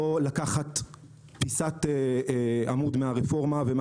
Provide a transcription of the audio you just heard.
לא לקחת פיסת עמוד מן הרפורמה ומן